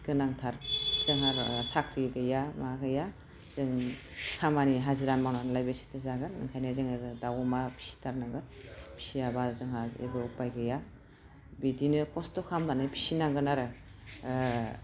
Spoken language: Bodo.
गोनांथार जोंहा साख्रि गैया मा गैया जों खामानि हाजिरा मावनानैलाय बेसेथो जागोन ओंखायनो जोङो दाउ अमा फिसिथारनांगोन फिसियाबा जोंहा जेबो उफाय गैया बिदिनो खस्थ' खालामनानै फिसिनांगोन आरो